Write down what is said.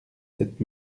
sept